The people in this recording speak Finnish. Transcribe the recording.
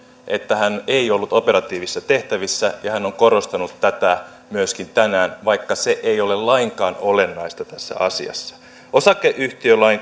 että hän ei ollut operatiivisissa tehtävissä ja hän on korostanut tätä myöskin tänään vaikka se ei ole lainkaan olennaista tässä asiassa osakeyhtiölain